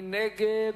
מי נגד?